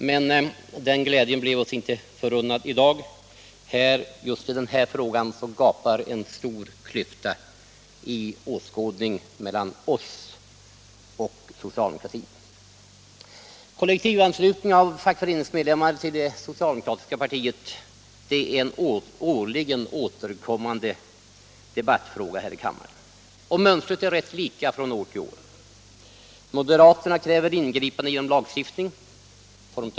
Men den glädjen blev oss inte förunnad i dag. Just i den här frågan gapar en stor klyfta i åskådningen mellan oss och socialdemokratin. Kollektivanslutningen av fackföreningsmedlemmar till det socialdemokratiska partiet är en årligen återkommande debattfråga här i kammaren. Mönstret är rätt lika från år till år: Moderaterna kräver i motioner ingripande genom lagstiftning.